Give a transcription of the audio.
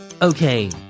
Okay